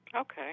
Okay